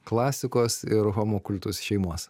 klasikos ir homo kultus šeimos